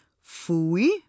Fui